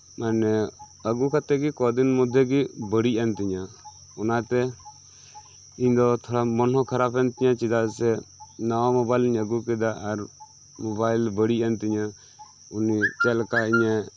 ᱢᱟᱱᱮ ᱟᱹᱜᱩ ᱠᱟᱛᱮᱜᱤ ᱠᱚᱫᱤᱱ ᱢᱚᱫᱷᱮᱜᱤ ᱵᱟᱹᱲᱤᱡ ᱮᱱᱛᱤᱧᱟᱹ ᱚᱱᱟᱛᱮ ᱤᱧᱫᱚ ᱛᱷᱚᱲᱟ ᱢᱚᱱᱦᱚᱸ ᱠᱷᱟᱨᱟᱯ ᱮᱱᱛᱤᱧᱟᱹ ᱪᱮᱫᱟᱜ ᱥᱮ ᱱᱟᱣᱟ ᱢᱚᱵᱟᱭᱤᱞ ᱤᱧ ᱟᱹᱜᱩᱠᱮᱫᱟ ᱟᱨ ᱢᱚᱵᱟᱭᱤᱞ ᱵᱟᱹᱲᱤᱡ ᱮᱱᱛᱤᱧᱟᱹ ᱩᱱᱤ ᱩᱱᱤ ᱪᱮᱫᱞᱮᱠᱟ ᱤᱧᱮ